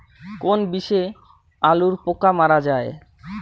কোন বিষে আলুর পোকা মারা যায়?